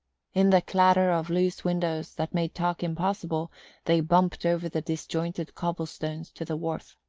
in the clatter of loose windows that made talk impossible they bumped over the disjointed cobblestones to the wharf.